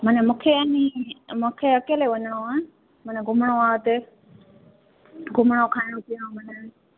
माना मूंखे अने मुखे अकेले वञिणो आहे माना घुमणो आ उते घुमिणो खाइणो पीअणो माना